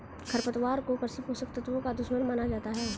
खरपतवार को कृषि पोषक तत्वों का दुश्मन माना जाता है